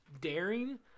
daring